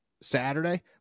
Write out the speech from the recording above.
Saturday